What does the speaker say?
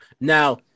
Now